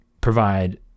provide